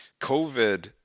covid